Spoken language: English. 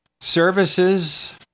services